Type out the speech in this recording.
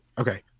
Okay